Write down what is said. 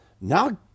now